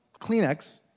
Kleenex